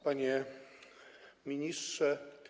Panie Ministrze!